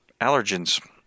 allergens